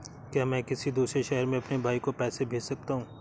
क्या मैं किसी दूसरे शहर में अपने भाई को पैसे भेज सकता हूँ?